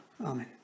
Amen